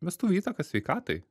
vestuvių įtaką sveikatai